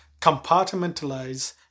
compartmentalize